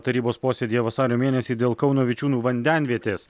tarybos posėdyje vasario mėnesį dėl kauno vičiūnų vandenvietės